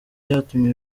cyatumye